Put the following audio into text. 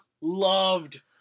loved